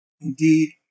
indeed